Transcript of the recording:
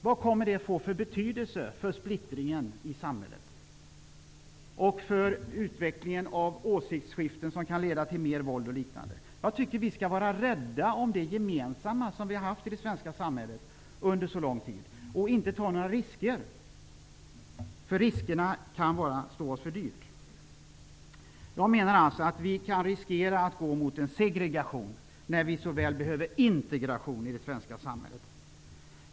Vilken betydelse kommer det att få för splittringen i samhället och för utvecklingen av åsiktsskillnader som kan leda till ökat våld etc.? Jag tycker att vi skall vara rädda om det gemensamma vi haft under så lång tid i det svenska samhället och inte ta några risker. Riskerna kan stå oss dyrt. Jag menar alltså att vi kan riskera att gå mot en segregation när vi så väl behöver integration i det svenska samhället.